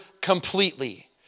completely